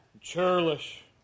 churlish